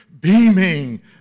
beaming